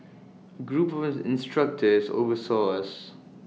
A group of instructors oversaw us